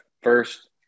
first